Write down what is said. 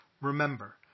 remember